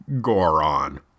Goron